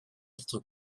être